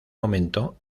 momento